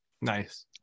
nice